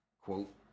quote